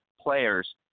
players